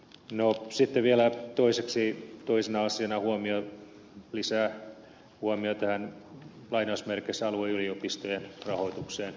no sitten vielä toisena syynä voimia lisää voimia teen asiana lisähuomio tähän alueyliopistojen rahoitukseen